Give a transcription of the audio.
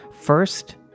First